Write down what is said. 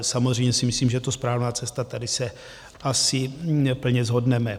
Samozřejmě si myslím, že to správná cesta, tady se asi plně shodneme.